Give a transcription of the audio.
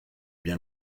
bien